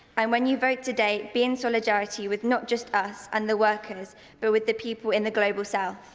um when you vote today, be in solidarity with not just us and the workers but with the people in the global south.